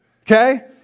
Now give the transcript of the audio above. Okay